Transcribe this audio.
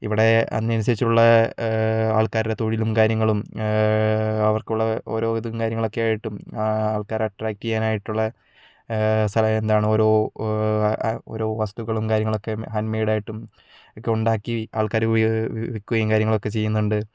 ഇവിടെ അതിനനുസരിച്ചുള്ള ആൾക്കാരുടെ തൊഴിലും കാര്യങ്ങളും അവർക്കുള്ള ഓരോ ഇതും കാര്യങ്ങളൊക്കെയായിട്ടും ആൾക്കാരെ അട്രാക്ട് ചെയ്യാനായിട്ടുള്ള സ്ഥലം എന്താണ് ഓരോ ഓരോ വസ്തുക്കളും കാര്യങ്ങളൊക്കെ ഹാൻ്റ് മെയിഡായിട്ടും ഒക്കെ ഉണ്ടാക്കി ആൾക്കാരു വിൽക്കുകയും കാര്യങ്ങളൊക്കെ ചെയ്യുന്നുണ്ട്